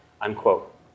unquote